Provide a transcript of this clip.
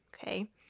Okay